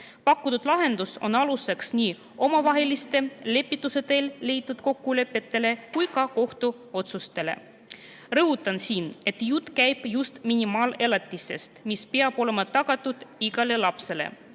Pakutud lahendus on aluseks nii omavahelistele, lepituse teel leitud kokkulepetele kui ka kohtuotsustele. Rõhutan siin, et jutt käib just minimaalelatisest, mis peab olema tagatud igale lapsele.